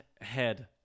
head